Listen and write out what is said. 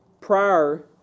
prior